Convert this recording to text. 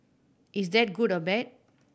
is that good or bad